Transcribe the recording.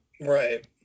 right